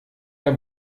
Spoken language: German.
der